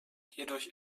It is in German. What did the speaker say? hierdurch